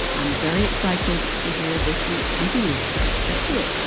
i'm very excited to hear this week's interview. let's get to it